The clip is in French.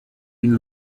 une